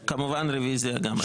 כמובן, רביזיה גם על זה.